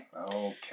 Okay